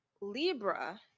Libra